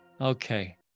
Okay